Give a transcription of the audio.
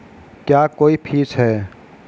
क्या कोई फीस है?